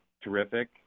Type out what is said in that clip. terrific